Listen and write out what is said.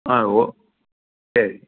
ஆ ஓ சரி